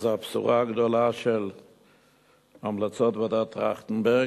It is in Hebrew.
זו הבשורה הגדולה של המלצות ועדת-טרכטנברג,